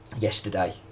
Yesterday